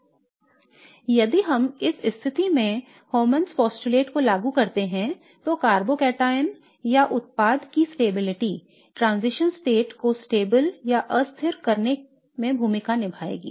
इसलिए यदि हम इस स्थिति में Hammond's postulate को लागू करते हैं तो कार्बोकैटायन या उत्पाद की स्थिरता ट्रांजिशन स्टेट को स्थिर या अस्थिर करने में भूमिका निभाएगी